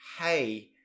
hey